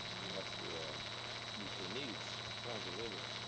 we have to meet their needs of condo living.